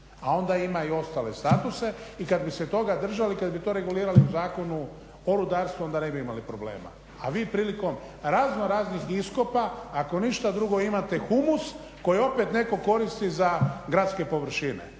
a onda ima i ostale statuse. I kad bi se toga držali i kad bi to regulirali u Zakonu o rudarstvu onda ne bi imali problema, a vi prilikom raznoraznih iskopa ako ništa drugo imate humus koji opet netko koristi za gradske površine.